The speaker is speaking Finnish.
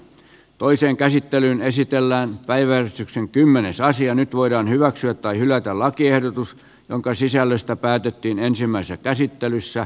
toisen käsittelyn esitellään päivää sitten kymmene saisi jo nyt voidaan hyväksyä tai hylätä lakiehdotus jonka sisällöstä päätettiin ensimmäisessä käsittelyssä